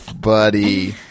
buddy